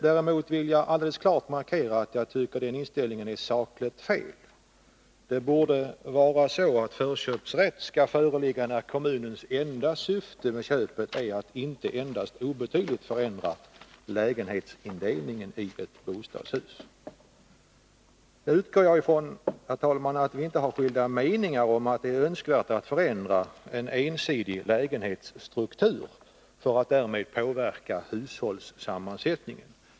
Däremot vill jag alldeles klart markera att jag tycker att den inställningen är sakligt felaktig. Det borde vara så att förköpsrätt skall föreligga när kommunens enda syfte med köpet är att inte endast obetydligt förändra lägenhetsindelningen i ett bostadshus. Jag utgår ifrån, herr talman, att vi inte har skilda meningar om att det är önskvärt att förändra en ensidig lägenhetsstruktur för att därmed påverka hushållssammansättningen.